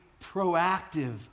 proactive